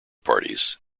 parties